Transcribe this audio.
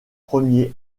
premiers